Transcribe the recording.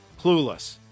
clueless